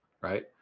right